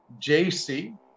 JC